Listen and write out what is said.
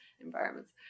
environments